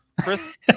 Chris